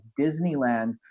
Disneyland